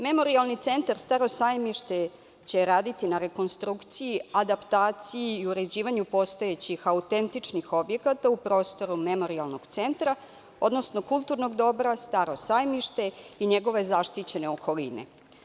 Memorijalni centar „Staro sajmište“ će raditi na rekonstrukciji, adaptaciji i uređivanju postojećih autentičnih objekata u prostoru memorijalnog centra, odnosno kulturnog dobra Staro sajmište i njegove zaštićene okoline.